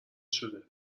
شده